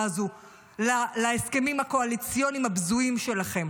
הזו להסכמים הקואליציוניים הבזויים שלכם.